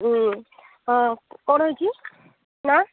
ହଁ କ'ଣ ହୋଇଛି ନାଁ